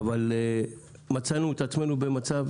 אבל מצאנו את עצמנו במצב